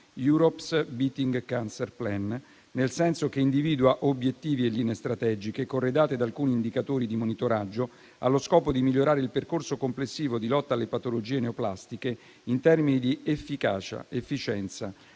Europe's beating cancer plan - nel senso che individua obiettivi e linee strategiche corredate da alcuni indicatori di monitoraggio, allo scopo di migliorare il percorso complessivo di lotta alle patologie neoplastiche in termini di efficacia, efficienza,